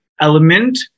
element